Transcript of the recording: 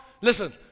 listen